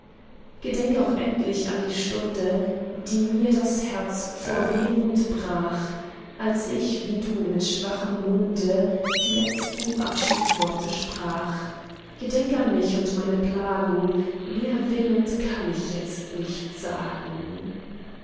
gedenk auch endlich an die stunde die mir das herz vor wehmut brach als ich wie du mit schwachem munde die letzten abschiedsworte sprach gedenk an mich und meine plagen mehr will und kann ich jetzt nicht sagen